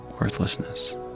worthlessness